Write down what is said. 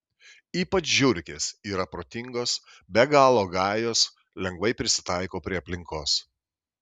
ypač žiurkės yra protingos be galo gajos lengvai prisitaiko prie aplinkos